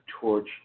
Torch